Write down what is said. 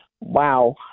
wow